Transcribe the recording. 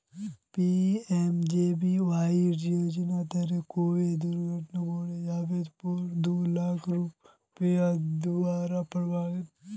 PMJBY योज्नार तहत कोए दुर्घत्नात मोरे जवार पोर दो लाख रुपये दुआर प्रावधान छे